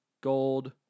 Gold